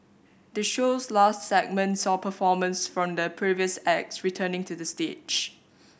the show's last segment saw performers from the previous acts returning to the stage